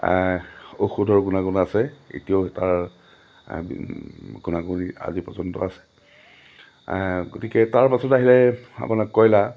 ঔষধৰ গুণাগুণ আছে এতিয়াও তাৰ গুণাগুণেই আজি পৰ্যন্ত আছে গতিকে তাৰ পাছত আহে আপোনাৰ কয়লা